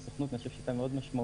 אני חושב שהיא הייתה מאוד משמעותית.